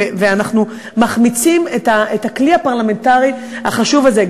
ואנחנו מחמיצים את הכלי הפרלמנטרי החשוב הזה,